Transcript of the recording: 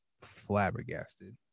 flabbergasted